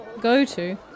go-to